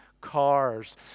cars